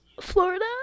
florida